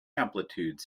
amplitude